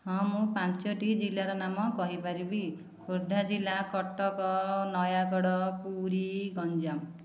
ହଁ ମୁଁ ପାଞ୍ଚଟି ଜିଲ୍ଲାର ନାମ କହିପାରିବି ଖୋର୍ଦ୍ଧାଜିଲ୍ଲା କଟକ ନୟାଗଡ଼ ପୁରୀ ଗଞ୍ଜାମ